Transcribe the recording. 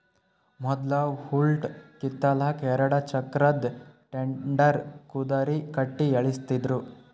ಮೊದ್ಲ ಹುಲ್ಲ್ ಕಿತ್ತಲಕ್ಕ್ ಎರಡ ಚಕ್ರದ್ ಟೆಡ್ಡರ್ ಕುದರಿ ಕಟ್ಟಿ ಎಳಸ್ತಿದ್ರು